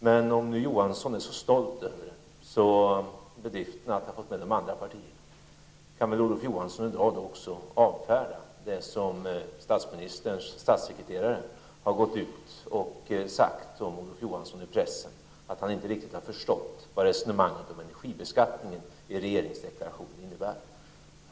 Men om Olof Johansson är så stolt över bedriften att ha fått med de andra partierna, kan han då också avfärda det som statsministerns statssekreterare sagt om Olof Johansson i pressen, att han inte har förstått vad resonemanget om energibeskattningen i regeringsdeklarationen innebär?